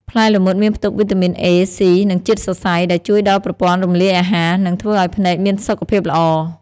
ផ្លែល្មុតមានផ្ទុកវីតាមីន A, C និងជាតិសរសៃ ដែលជួយដល់ប្រព័ន្ធរំលាយអាហារ និងធ្វើឲ្យភ្នែកមានសុខភាពល្អ។